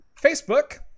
Facebook